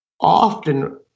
often